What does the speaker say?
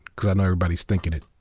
because i know everybody's thinking it.